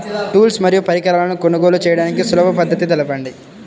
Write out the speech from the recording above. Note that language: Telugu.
టూల్స్ మరియు పరికరాలను కొనుగోలు చేయడానికి సులభ పద్దతి తెలపండి?